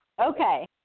Okay